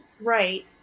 right